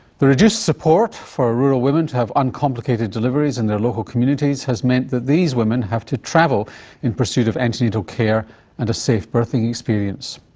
the reduced support for ah rural women to have uncomplicated deliveries in their local communities has meant that these women have to travel in pursuit of antenatal care and a safe birthing experience.